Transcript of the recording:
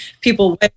people